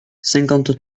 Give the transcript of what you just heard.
cinquante